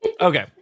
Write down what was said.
Okay